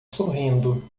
sorrindo